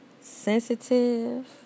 sensitive